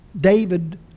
David